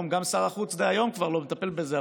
גם שר החוץ דהיום כבר לא מטפל בזה,